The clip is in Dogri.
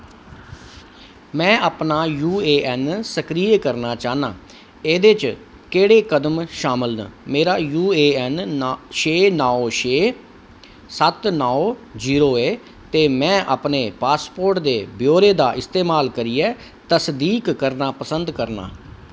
में अपना यूएएन सक्रिय करना चाह्न्नां एह्दे च केह्ड़े कदम शामल न मेरा यूएएन छे नौ छे सत्त नौ जीरो ऐ ते में अपने पासपोर्ट दे ब्यौरे दा इस्तेमाल करियै तसदीक करना पसंद करनां